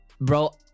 bro